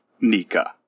nika